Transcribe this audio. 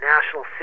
National